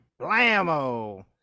blammo